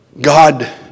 God